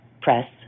press